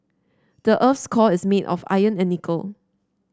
the earth's core is made of iron and nickel